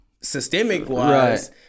systemic-wise